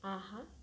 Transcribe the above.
ஆஹா